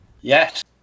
yes